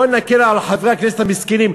בוא נקל על חברי הכנסת המסכנים,